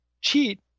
cheat